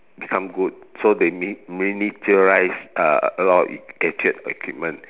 become good so they min~ miniaturise a a lot of gadget equipment